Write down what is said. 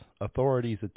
authorities